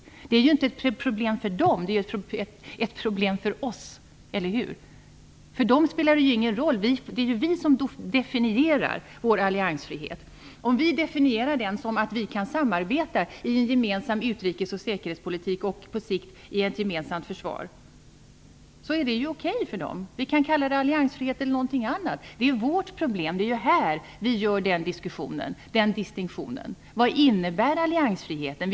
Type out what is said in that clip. Det är inte ett problem för EU. Det är ett problem för oss, eller hur? För EU spelar det ingen roll. Det är ju vi som definierar vår alliansfrihet. Om vi definierar den som att vi kan samarbeta i en gemensam utrikesoch säkerhetspolitik och, på sikt, i ett gemensamt försvar är ju det okej för EU. Vi kan kalla det alliansfrihet eller någonting annat. Det är vårt problem. Det är här som vi gör den distinktionen. Vad innebär alliansfriheten?